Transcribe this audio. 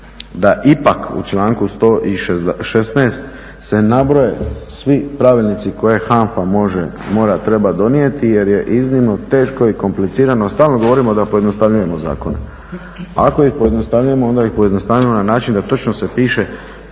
da ipak u članku 116. se nabroje svi pravilnici koje HANFA može, mora, treba donijeti jer je iznimno teško i komplicirano, stalno govorimo da pojednostavljujemo zakone, ako ih pojednostavljujemo, onda ih pojednostavimo na način da točno se piše